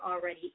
already